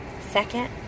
Second